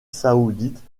saoudite